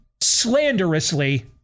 slanderously